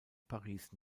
paris